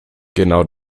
genau